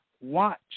Watch